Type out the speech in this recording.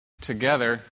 together